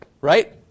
right